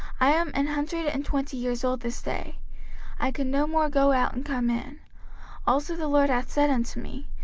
i am an hundred and twenty years old this day i can no more go out and come in also the lord hath said unto me,